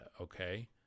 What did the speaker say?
okay